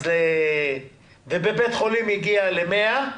ובבית חולים הגיעה ל-100%,